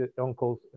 uncle's